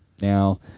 Now